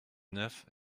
neuf